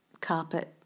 carpet